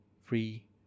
free